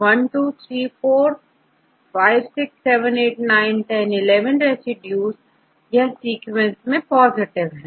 1 2 3 4 5 6 7 8 9 10 11 residue यह sequence में positive है